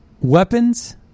weapons